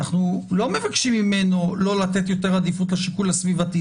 אנחנו לא מבקשים ממנו לא לתת יותר עדיפות לשיקול הסביבתי.